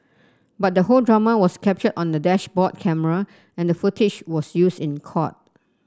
but the whole drama was captured on a dashboard camera and the footage was used in court